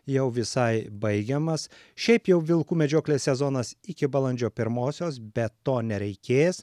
jau visai baigiamas šiaip jau vilkų medžioklės sezonas iki balandžio pirmosios be to nereikės